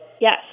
Yes